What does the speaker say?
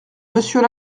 monsieur